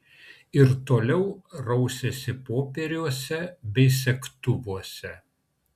ir toliau rausėsi popieriuose bei segtuvuose